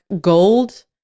Gold